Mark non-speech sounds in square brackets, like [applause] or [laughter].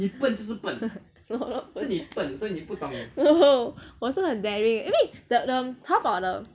[laughs] no no no 我是很 daring 因为 the the Taobao 的